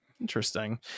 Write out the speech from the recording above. interesting